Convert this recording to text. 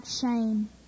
shame